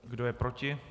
Kdo je proti?